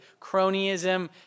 cronyism